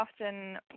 often